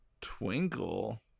Twinkle